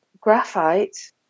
graphite